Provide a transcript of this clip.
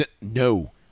no